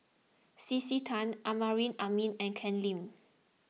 C C Tan Amrin Amin and Ken Lim